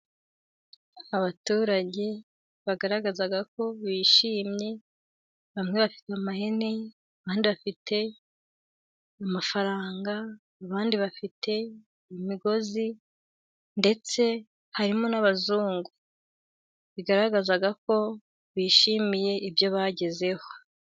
Abaturage bagaragaza ko bishimye. Bamwe bafite ihene, abandi bafite amafaranga, abandi bafite imigozi. Ndetse harimo n'abazungu bigaragaza ko bishimiye ibyo bagezeho.